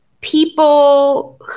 people